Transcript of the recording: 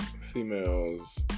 females